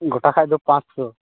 ᱜᱚᱴᱟ ᱠᱷᱟᱱ ᱫᱚ ᱯᱟᱸᱪᱥᱚ